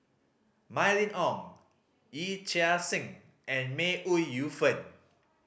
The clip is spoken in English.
Mylene Ong Yee Chia Hsing and May Ooi Yu Fen